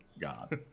god